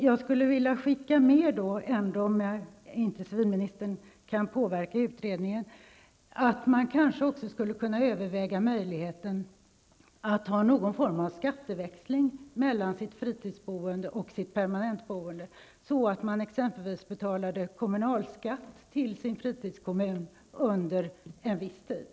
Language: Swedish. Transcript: Jag skulle vilja skicka med det uppslaget, även om civilministern inte kan påverka utredningen, att man kanske skulle kunna överväga möjligheten att ha någon form av skatteväxling mellan sitt fritidsboende och sitt permanentboende, så att man exempelvis betalade kommunalskatt till sin fritidskommun under en viss tid.